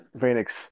Phoenix